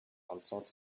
unsought